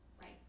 Right